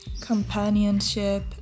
companionship